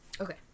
Okay